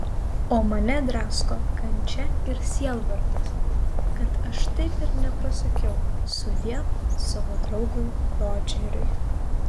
o mane drasko kančia ir sielvartas kad aš taip ir nepasakiau sudiev savo draugui rodžeriui